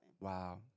Wow